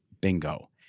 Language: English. bingo